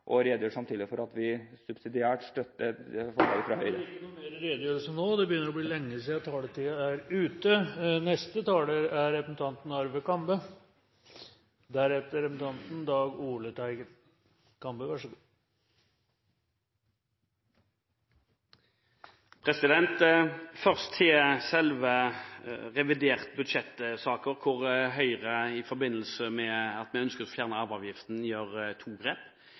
vil redegjøre for at vi subsidiært vil støtte … Det blir ikke noe mer redegjørelse nå. Det begynner å bli lenge siden taletiden var ute. Først til saken om revidert budsjett. I forbindelse med at Høyre ønsker å fjerne arveavgiften, gjør vi to grep.